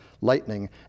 lightning